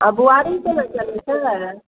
आ बुआरी कोना चलै छै